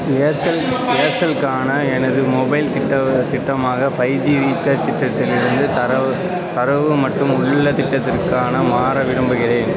Aircel ஏர்செல்லுக்கான எனது mobile திட்ட திட்டமாக ஃபை ஜி ரீசார்ஜ் திட்டத்திலிருந்து தரவு தரவு மட்டும் உள்ள திட்டத்திற்கான மாற விரும்புகிறேன்